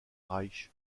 reich